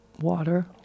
Water